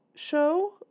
Show